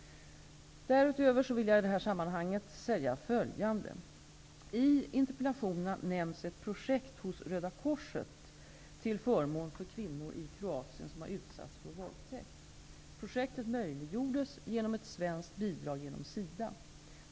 Därutöver vill jag i detta sammanhang säga följande. I interpellationerna nämns ett projekt hos Röda korset till förmån för kvinnor i Kroatien som utsatts för våldtäkt. Projektet möjliggjordes genom ett svenskt bidrag genom SIDA.